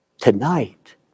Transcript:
Tonight